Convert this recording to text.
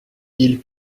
ils